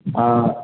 ஆ